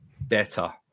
better